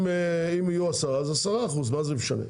אם יהיו 10%, אז 10%, מה זה משנה?